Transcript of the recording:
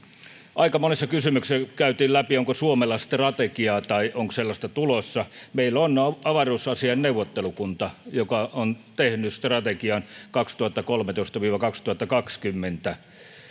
aika monessa kysymyksessä käytiin läpi onko suomella strategiaa tai onko sellaista tulossa meillä on avaruusasiain neuvottelukunta joka on tehnyt strategian kaksituhattakolmetoista viiva kaksituhattakaksikymmentä